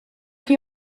chi